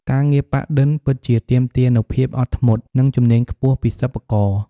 ការងារ ប៉ាក់-ឌិន ពិតជាទាមទារនូវភាពអត់ធ្មត់ និងជំនាញខ្ពស់ពីសិប្បករ។